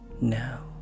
now